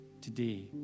today